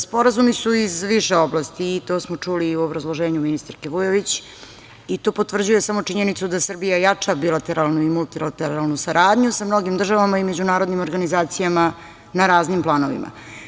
Sporazumi iz više oblasti i to smo čuli u obrazloženju ministarke Vujović i to potvrđuje samo činjenicu da Srbija jača bilateralnu u multilateralnu saradnju sa mnogim državama i međunarodnim organizacijama na raznim planovima.